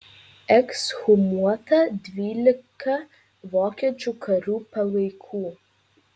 ekshumuota dvylika vokiečių karių palaikų